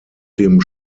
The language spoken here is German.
dem